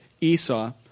Esau